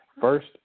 first